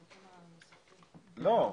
טוב,